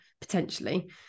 potentially